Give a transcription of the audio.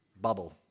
bubble